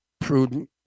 Prudent